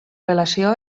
relació